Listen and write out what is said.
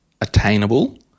attainable